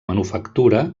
manufactura